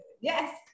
Yes